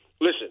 Listen